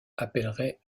appellerait